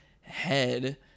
head